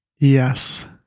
Yes